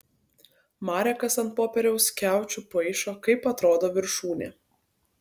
marekas ant popieriaus skiaučių paišo kaip atrodo viršūnė